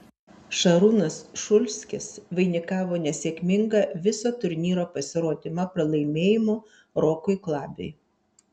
šarūnas šulskis vainikavo nesėkmingą viso turnyro pasirodymą pralaimėjimu rokui klabiui